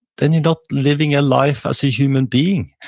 then you're not living a life as a human being.